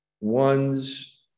one's